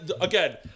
Again